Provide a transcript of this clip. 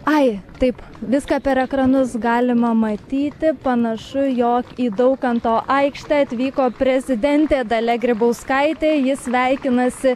ai taip viską per ekranus galima matyti panašu jog į daukanto aikštę atvyko prezidentė dalia grybauskaitė ji sveikinasi